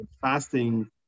fasting